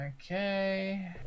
Okay